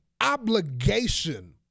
obligation